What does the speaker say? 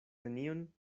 nenion